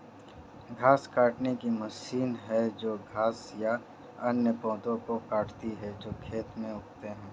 घास काटने की मशीन है जो घास या अन्य पौधों को काटती है जो खेत में उगते हैं